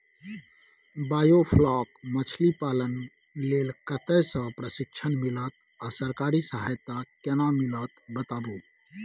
Biofloc मछलीपालन लेल कतय स प्रशिक्षण मिलत आ सरकारी सहायता केना मिलत बताबू?